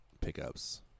pickups